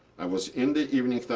i was in the evening,